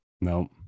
No